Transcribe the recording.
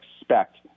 expect